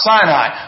Sinai